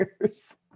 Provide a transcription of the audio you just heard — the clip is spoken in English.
years